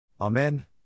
Amen